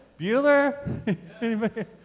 Bueller